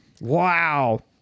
Wow